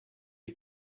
les